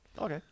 Okay